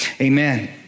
Amen